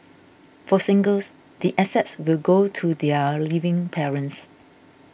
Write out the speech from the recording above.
for singles the assets will go to their living parents